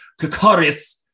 Kakaris